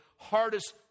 hardest